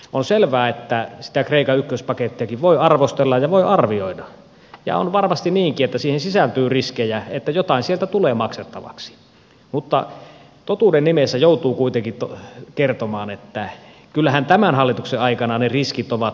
on selvää että sitä kreikan ykköspakettiakin voi arvostella ja voi arvioida ja on varmasti niinkin että siihen sisältyy riskejä että jotain sieltä tulee maksettavaksi mutta totuuden nimessä joutuu kuitenkin kertomaan että kyllähän tämän hallituksen aikana ne riskit ovat moninkertaistuneet